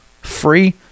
Free